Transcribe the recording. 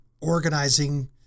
organizing